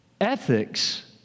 Ethics